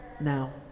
now